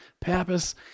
Pappas